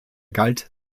galt